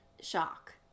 shock